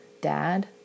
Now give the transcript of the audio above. dad